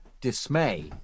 dismay